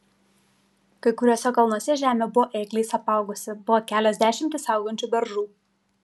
kai kuriuose kalnuose žemė buvo ėgliais apaugusi buvo kelios dešimtys augančių beržų